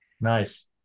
Nice